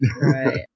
Right